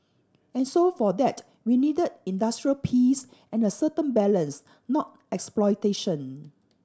and so for that we needed industrial peace and a certain balance not exploitation